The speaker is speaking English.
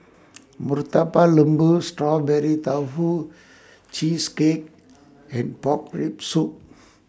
Murtabak Lembu Strawberry Tofu Cheesecake and Pork Rib Soup